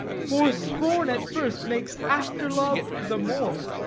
for scorn at first makes after-love the more.